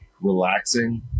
relaxing